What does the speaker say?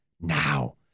Now